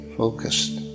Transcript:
focused